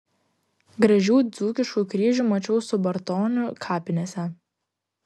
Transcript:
gražių dzūkiškų kryžių mačiau subartonių kapinėse